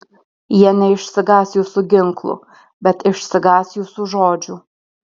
jie neišsigąs jūsų ginklų bet išsigąs jūsų žodžių